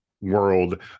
world